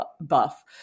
buff